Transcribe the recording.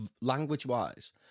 language-wise